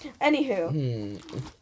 Anywho